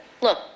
Look